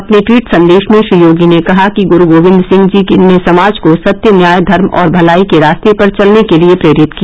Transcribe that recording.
अपने ट्वीट संदेश में श्री योगी ने कहा कि ग्रू गोविंद सिंह जी ने समाज को सत्य न्याय धर्म और भलाई के रास्ते पर चलने के लिये प्रेरित किया